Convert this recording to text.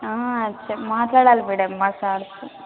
ఆ మాట్లాడాలి మేడం మా సార్తో